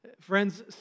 Friends